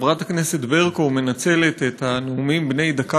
חברת הכנסת ברקו מנצלת את הנאומים בני הדקה